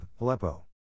Aleppo